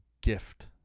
gift